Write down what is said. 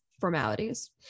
formalities